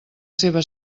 seva